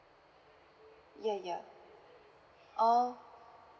ya yup oh